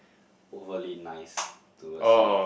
overly nice towards you